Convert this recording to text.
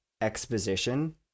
exposition